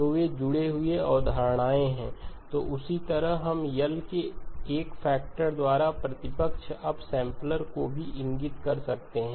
तो वे जुड़े हुए अवधारणाएं हैं और उसी तरह हम L के एक फैक्टर द्वारा प्रतिपक्ष अप सैंपलर को भी इंगित कर सकते हैं